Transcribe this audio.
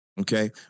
okay